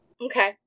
Okay